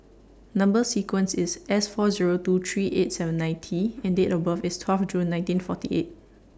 Number sequence IS S four Zero two three eight seven nine T and Date of birth IS twelve June nineteen forty eight